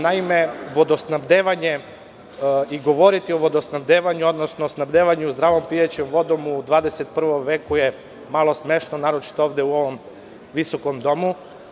Naime, vodosnabdevanje i govoriti o vodosnabdevanju, odnosno snabdevanju zdravom pijaćom vodom u 21. veku je malo smešno, naročito ovde u ovom visokom domu.